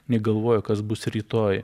negalvoju kas bus rytoj